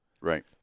Right